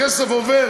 הכסף עובר,